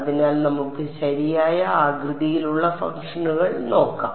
അതിനാൽ നമുക്ക് ശരിയായ ആകൃതിയിലുള്ള ഫംഗ്ഷനുകൾ നോക്കാം